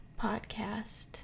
podcast